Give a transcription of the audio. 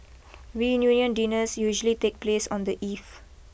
reunion dinners usually take place on the eve